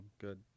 good